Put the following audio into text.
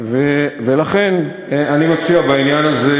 לכן אני מציע בעניין הזה,